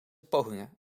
pogingen